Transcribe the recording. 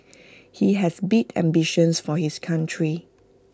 he has big ambitions for his country